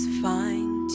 fine